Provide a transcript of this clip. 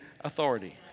authority